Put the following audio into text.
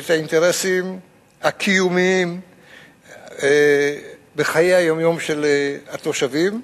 את האינטרסים הקיומיים בחיי היום-יום של התושבים,